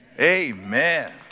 Amen